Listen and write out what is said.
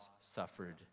suffered